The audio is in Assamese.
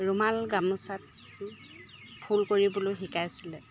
ৰুমাল গামোচাত ফুল কৰিবলৈ শিকাইছিলে